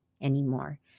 anymore